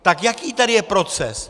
Tak jaký tady je proces?